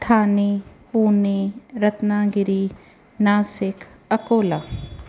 Thane Pune Ratnagiri Nashik Akola